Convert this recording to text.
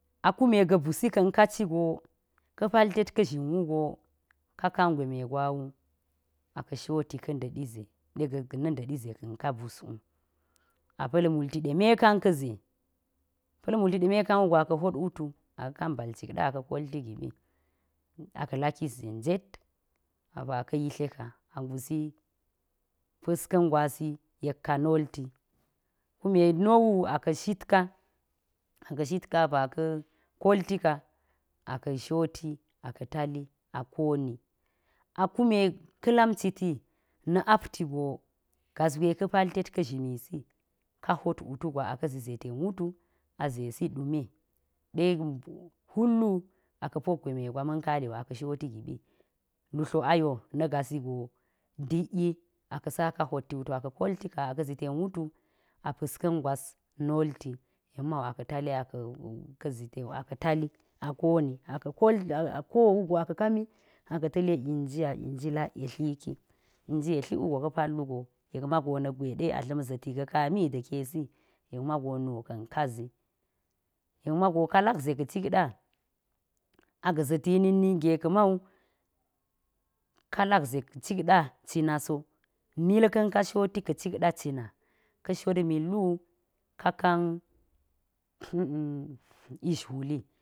A kume ga̱ busi ka̱n ka ci go, ka̱ pal tet ka̱ zhin wu go, ka kan gweme ga wu, a ka̱ shoti ka̱ nda̱ɗi z,ɗe ga̱ na̱ nda̱ɗi ze ka̱n ka bus wu, a pa̱l multi ɗe mekan ka̱ ze, pa̱l multi ɗe mekan wu go a ka̱ hwot wutu. a ka̱ kan balcikɗa a ka̱ kolti a giɓi. A ka̱ lakit ze njet apa ka̱ yitle ka a ngusi, pa̱ska̱n gwasi, yek ka nolti, kume no wu, a ka shit ka, a pa ka̱ kolti ka. a ka̱ shoti, a ka̱ tali, a koni, a kume ka̱ lamciti na̱ apti go, gas gwe ka̱ paltet ka̱ shimi si, ka hwot wutu gwa a ka̱ zi ze ten wutu, a zesi ɗume, ɗek hulwu, a ka̱ pok gweme gwa ma̱n kale wu a ka̱ shoti giɓi, lutlo ayo na̱ gasi go, dik yi, a ka̱ saka hwoti wutu a ka̱ kolti ka, a ka̱ zi ten wutu, a pa̱ska̱n gwas nolti, yek ma wu a ka̱ tali a ka̱ ze ten a ka̱ tali a komi. a ka̱ koli ko wu go a ka̱ kami, a ka̱ ta̱le inji, a inji lak yetli ki, inji yetli wu go ka̱ pal wu go, yek mago na̱k gwe ɗe a dla̱m ziti ga̱ kami ga̱ ɗa̱ kesi yek ma go nuka̱n ka zi, yek mago ka lak ze ka̱ cikɗa, a ga̱ za̱ti na̱k ninge ka̱ ma wu, ka lak ze ka̱ cikɗa cina so, milka̱n ka shoti ka̱ cikɗa cina, ka̱ shot mil wu, ka kan a̱ma̱m ish huli.